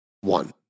one